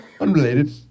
Unrelated